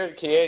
kid